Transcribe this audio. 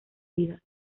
vidas